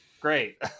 Great